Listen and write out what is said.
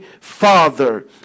father